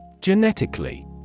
Genetically